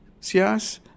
SIAS